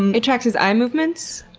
it tracks his eye movements?